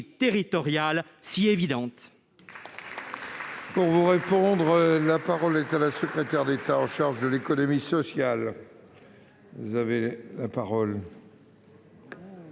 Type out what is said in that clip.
territoriale si évidente